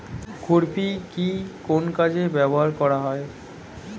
খুরপি কি কোন কাজে ব্যবহার করা হয়?